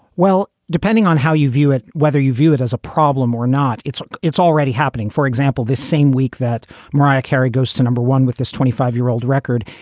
well, depending on how you view it, whether you view it as a problem or not, it's it's already happening. for example, this same week that mariah carey goes to number one with this twenty five year old record,